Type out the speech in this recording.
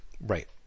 Right